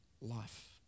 life